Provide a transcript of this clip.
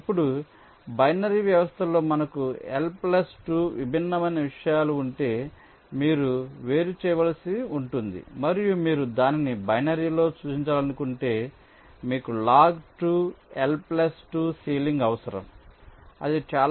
ఇప్పుడు బైనరీ వ్యవస్థలో మనకు ఎల్ ప్లస్ 2 విభిన్నమైన విషయాలు ఉంటే మీరు వేరు చేయవలసి ఉంటుంది మరియు మీరు దానిని బైనరీలో సూచించాలనుకుంటే మీకు లాగ్ 2 ఎల్ 2 సీలింగ్ అవసరం అది చాలా బిట్స్